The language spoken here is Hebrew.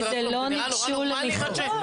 כי לא ניגשו למכרז.